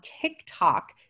TikTok